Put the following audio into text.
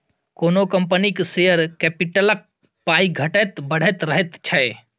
कोनो कंपनीक शेयर कैपिटलक पाइ घटैत बढ़ैत रहैत छै